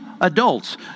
adults